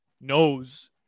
knows